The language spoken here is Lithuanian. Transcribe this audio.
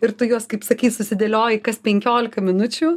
ir tu juos kaip sakei susidėlioji kas penkiolika minučių